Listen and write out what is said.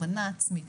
הכוונה עצמית,